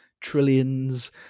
trillions